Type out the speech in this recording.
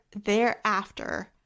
thereafter